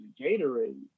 gatorade